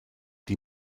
die